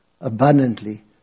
abundantly